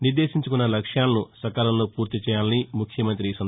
నిర్దేశించుకున్న లక్ష్యాలను సకాలంలో పూర్తిచేయాలని ముఖ్యమంతి ఆదేశిచారు